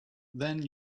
then